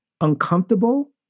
uncomfortable